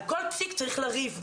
על כל פסיק צריך לריב.